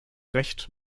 recht